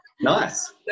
Nice